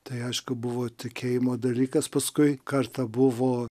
tai aišku buvo tikėjimo dalykas paskui kartą buvo